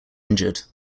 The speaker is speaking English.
injured